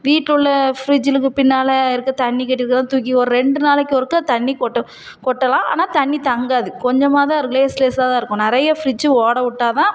வீட்டு உள்ள ஃப்ரிஜூலுக்கு பின்னால் இருக்கற தண்ணி தூக்கி ஒரு ரெண்டு நாளைக்கு ஒருக்க தண்ணி கொட்டும் கொட்டலாம் ஆனால் தண்ணி தங்காது கொஞ்சமாக தான் இருக் லேஸ் லேஸாக தான் இருக்கும் நிறைய ஃப்ரிட்ஜு ஓட விட்டா தான்